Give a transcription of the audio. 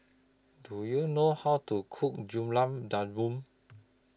Do YOU know How to Cook Gulab Jamun